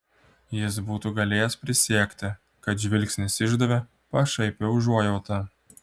jis būtų galėjęs prisiekti kad žvilgsnis išdavė pašaipią užuojautą